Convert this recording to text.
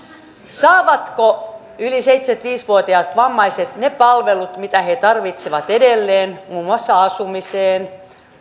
saavatko yli seitsemänkymmentäviisi vuotiaat vammaiset edelleen ne samat palvelut mitä he tarvitsevat muun muassa asumiseen